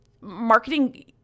marketing